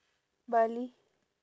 bali